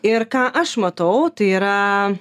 ir ką aš matau tai yra